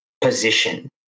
position